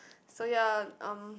so ya um